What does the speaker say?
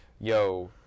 yo